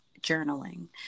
journaling